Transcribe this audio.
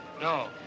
no